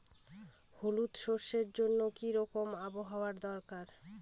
হলুদ সরষে জন্য কি রকম আবহাওয়ার দরকার?